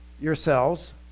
yourselves